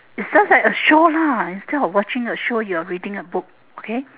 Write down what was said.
is just like a show lah instead of watching a show you are reading a book okay